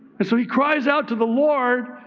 and so he cries out to the lord.